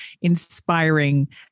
inspiring